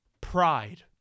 pride